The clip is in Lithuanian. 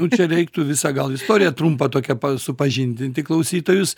nu čia reiktų visą gal istoriją trumpą tokią supažindinti klausytojus